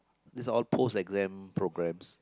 this is all post exams programs